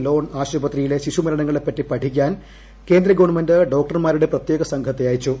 loan ആശുപത്രിയിലെ ശിശുമരണങ്ങളെപ്പറ്റി പഠിക്കാൻ കേന്ദ്ര ഗവൺമെന്റ് ഡോക്ടർമാരുടെ പ്രത്യേക സംഘത്തെ അയച്ചു